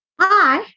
Hi